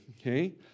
okay